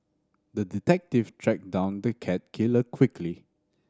the detective tracked down the cat killer quickly